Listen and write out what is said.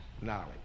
knowledge